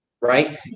right